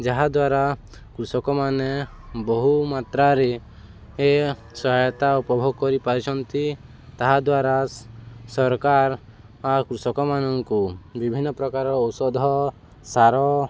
ଯାହାଦ୍ୱାରା କୃଷକମାନେ ବହୁ ମାତ୍ରାରେ ଏ ସହାୟତା ଉପଭୋଗ କରିପାରିଛନ୍ତି ତାହାଦ୍ୱାରା ସରକାର କୃଷକମାନଙ୍କୁ ବିଭିନ୍ନ ପ୍ରକାର ଔଷଧ ସାର